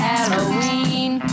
Halloween